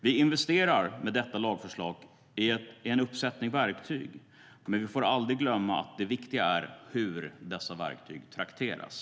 Vi investerar med detta lagförslag i en uppsättning verktyg, men vi får aldrig glömma att det viktiga är hur dessa verktyg trakteras.